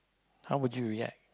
how would you react